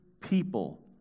people